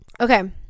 okay